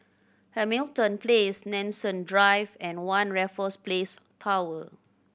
Hamilton Place Nanson Drive and One Raffles Place Tower